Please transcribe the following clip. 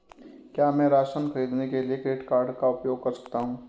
क्या मैं राशन खरीदने के लिए क्रेडिट कार्ड का उपयोग कर सकता हूँ?